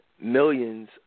Millions